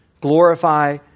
glorify